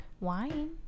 Wine